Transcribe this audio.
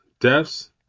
deaths